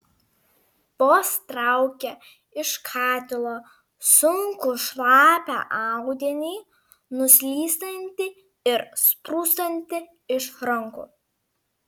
vos traukė iš katilo sunkų šlapią audinį nuslystantį ir sprūstantį iš rankų